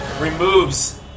removes